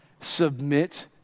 submit